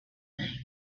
thing